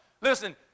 Listen